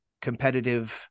competitive